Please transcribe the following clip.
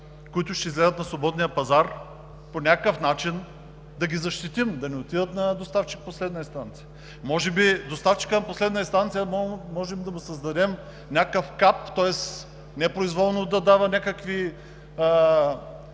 които ще излязат на свободния пазар, по някакъв начин да ги защитим, да не отидат на Доставчик от последна инстанция. Може би на Доставчика от последна инстанция можем да му създадем някакъв КАТ, тоест не произволно да дава някаква